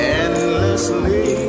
endlessly